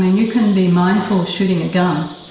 you can be mindful of shooting a gun,